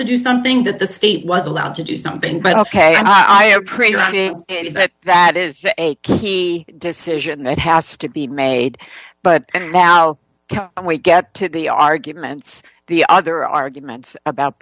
to do something that the state was allowed to do something but ok i appreciate that that is a key decision that has to be made but now wait get to the arguments the other arguments about